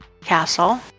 castle